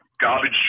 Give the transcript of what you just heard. garbage